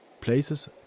Places